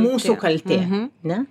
mūsų kaltė ne